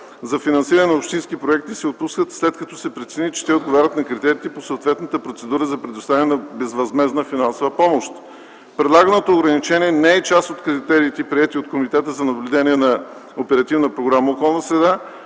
за финансиране на общински проекти се отпускат след като се прецени, че те отговарят на критериите по съответната процедура за предоставяне на безвъзмездна финансова помощ. Предлаганото ограничение не е част от критериите, приети от Комитета за наблюдение на